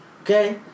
Okay